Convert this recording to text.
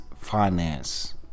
finance